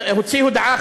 הוציא הודעה,